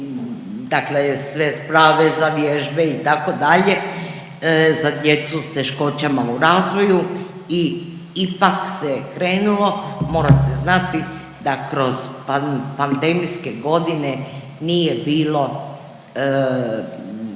dakle sve sprave za vježbe, itd., za djecu s teškoćama u razvoju i ipak se krenulo. Morate znati da kroz pandemijske godine nije bilo